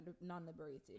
non-liberated